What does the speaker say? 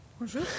Bonjour